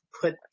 put